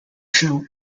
show